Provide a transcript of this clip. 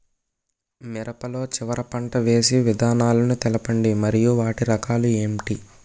మిరప లో చివర పంట వేసి విధానాలను తెలపండి మరియు వాటి రకాలు ఏంటి